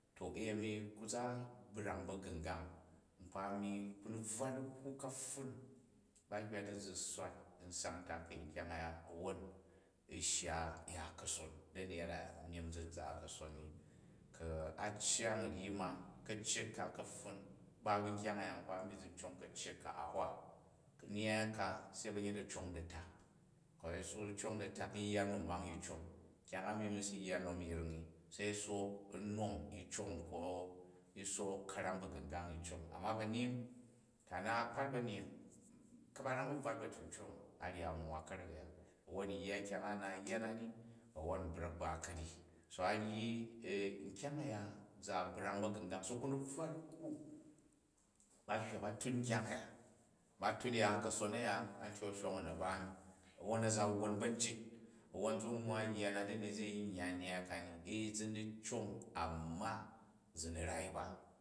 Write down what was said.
To uyan iha za birang bagangay, nkpani a̱ni kai bvwa dikwa kaptun ba hywa di zi swal msang ntaka̱i nkyang a̱ya woon u shya ya kason dam yada myim zi n za kason ni ka a cyang u̱ryi ma karyet ka ka̱pfun ba ba nkyang aya, nkpa a̱mi yu u cong karyet ka ahwa. Nnyyai ka be ba̱nyet a cong di a̱tak ihu yi cong di a̱taka yi yya nnom nkang yi cong kying a myim yi yya nom ying in se yi sook nnom yi cong tho yi sook ka̱ram bayangang yi cong. Amma banyying ka̱ a naat kpat ba̱nyping ka̱baram a bvat ba̱cincpng, u ryi a nivwa ka̱rek ayu wwon u̱yya kyang a, a naal yya na ni awwon n brak ba karyi. So a ryi ukyang a̱yar za brong ba̱ga̱ngang so ku ni bvwa dikwa, ba hywa ba tun nkyong a̱ya ba hin ya̱ kason yi a̱ya antyok a̱shwong u, na̱ ba mi ni wwon a̱ za wwon ba̱ njit a̱wwon zi nwwa yya na dani zi yin yya nuyyai kani. Ee zi ni cong, amma zi ni rar ba.